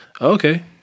Okay